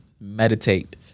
meditate